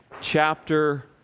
chapter